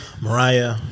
Mariah